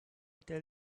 tell